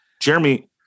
Jeremy